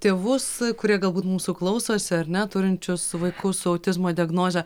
tėvus kurie galbūt mūsų klausosi ar ne turinčius vaikus su autizmo diagnoze